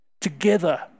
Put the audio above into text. Together